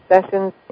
sessions